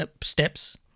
steps